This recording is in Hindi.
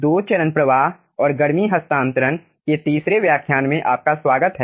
दो चरण प्रवाह और गर्मी हस्तांतरण के तीसरे व्याख्यान में आपका स्वागत है